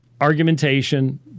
argumentation